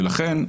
ולכן,